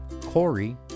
Corey